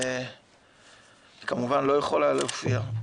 וכמובן לא יכולה להופיע.